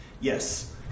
yes